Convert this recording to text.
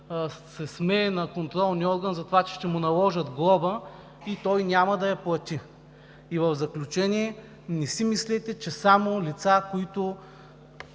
се смее на контролния орган, затова че ще му наложат глоба и той няма да я плати. В заключение, не си мислете, че само лица, които